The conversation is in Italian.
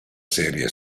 serie